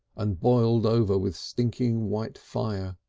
and boiled over with stinking white fire.